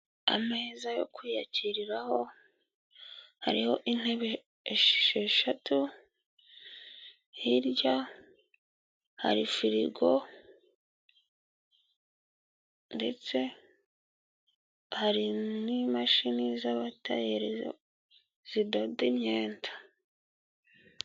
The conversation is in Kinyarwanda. Ameza yo kwiyakiriraho, hariho intebe esheshatu, hirya hari firigo, ndetse hari n'imashini z'abatayeri zidoda imyenda.